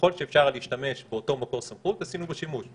וככול שאפשר היה להשתמש באותו מקור סמכות עשינו בו שימוש.